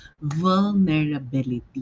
vulnerability